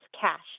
cash